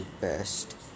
best